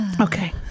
Okay